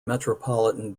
metropolitan